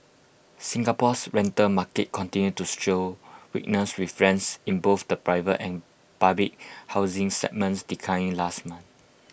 Singapore's rental market continued to show weakness with friends in both the private and public housing segments declining last month